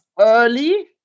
early